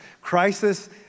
Crisis